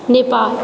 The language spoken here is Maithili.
नेपाल